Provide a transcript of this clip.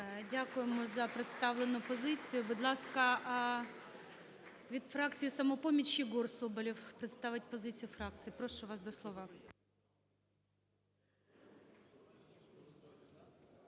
Дякуємо за представлену позицію. Будь ласка, від фракції "Самопоміч" Єгор Соболєв представить позицію фракції. Прошу вас до слова.